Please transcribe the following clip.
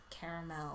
caramel